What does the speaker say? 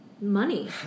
money